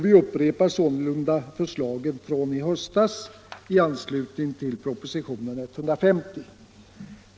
Vi upprepar sålunda förslagen från i höstas i anslutning till propositionen 150.